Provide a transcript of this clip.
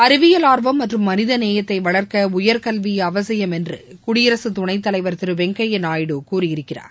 அழிவியல் ஆர்வம் மற்றும் மனித நேயத்தை வளர்க்க உயர்கல்வி அவசியம் என்று குடியரசுத் துணைத் தலைவர் திரு வெங்கய்யா நாயுடு கூறியிருக்கிறார்